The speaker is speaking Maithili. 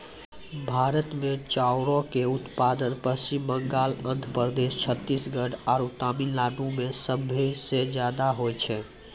भारत मे चाउरो के उत्पादन पश्चिम बंगाल, आंध्र प्रदेश, छत्तीसगढ़ आरु तमिलनाडु मे सभे से ज्यादा होय छै